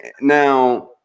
now